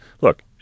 look